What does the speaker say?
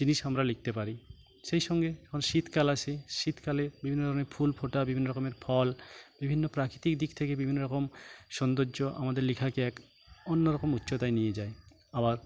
জিনিস আমরা লিখতে পারি সেই সঙ্গে যখন শীতকাল আসে শীতকালে বিভিন্ন ধরনের ফুল ফোটা বিভিন্ন রকমের ফল বিভিন্ন প্রাকৃতিক দিক থেকে বিভিন্ন রকম সৌন্দর্য আমাদের লেখাকে এক অন্যরকম উচ্চতায় নিয়ে যায় আবার